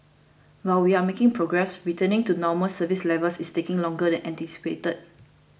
while we are making progress returning to normal service levels is taking longer than anticipated